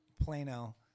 Plano